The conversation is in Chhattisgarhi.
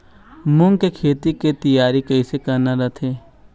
मूंग के खेती के तियारी कइसे करना रथे?